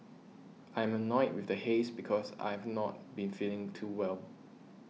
I am annoyed with the haze because I've not been feeling too well